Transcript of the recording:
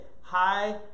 Hi